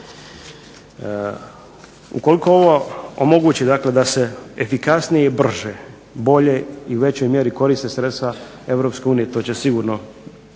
Ukoliko ovo omogući dakle da se efikasnije i brže, bolje i u većoj mjeri koriste sredstva Europske unije to